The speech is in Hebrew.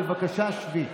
בבקשה שבי.